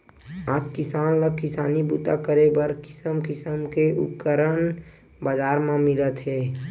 आज किसान ल किसानी बूता करे बर किसम किसम के उपकरन बजार म मिलत हे